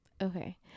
Okay